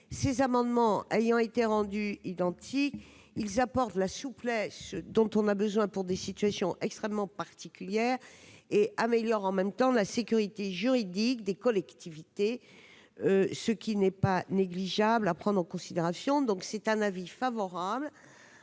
ces amendements ayant été rendu identique, ils apportent de la souplesse dont on a besoin pour des situations extrêmement particulière et améliore en même temps la sécurité juridique des collectivités, ce qui n'est pas négligeable à prendre en considération, donc c'est un avis favorable